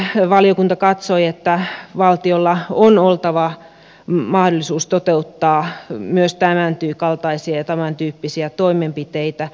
tähän valiokunta katsoi että valtiolla on oltava mahdollisuus toteuttaa myös tämänkaltaisia ja tämäntyyppisiä toimenpiteitä